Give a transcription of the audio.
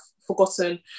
forgotten